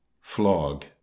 FLOG